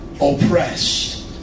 oppressed